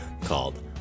called